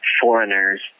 foreigners